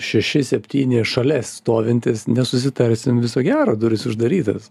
šeši septyni šalia stovintys nesusitarsim viso gero durys uždarytos